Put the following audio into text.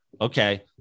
okay